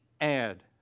add